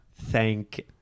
Thank